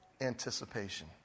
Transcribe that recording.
anticipation